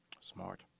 Smart